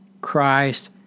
christ